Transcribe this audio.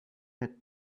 had